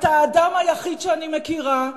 אתה האדם היחיד שאני מכירה,